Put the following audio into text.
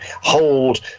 hold